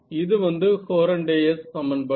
இது வந்து ஹோரன்டேயஸ் சமன்பாடு